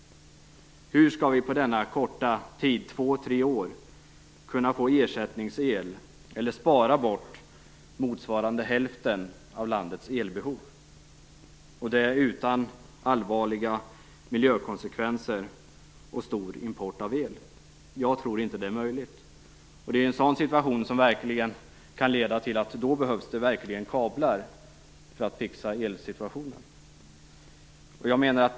Hur skall vi på denna korta tid - två tre år - kunna få ersättningsel eller spara bort motsvarande hälften av landets elbehov utan allvarliga miljökonsekvenser och stor import av el? Jag tror inte att det är möjligt. Det är en sådan situation som kan leda till att det verkligen behövs kablar för att fixa elsituationen.